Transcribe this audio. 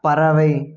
பறவை